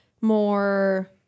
more –